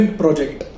project